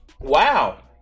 wow